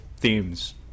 themes